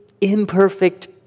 imperfect